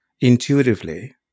intuitively